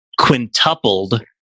quintupled